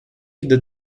the